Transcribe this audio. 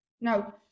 now